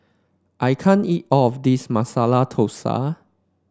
I can't eat all of this Masala Thosai